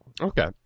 Okay